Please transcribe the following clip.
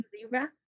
Zebra